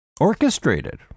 Orchestrated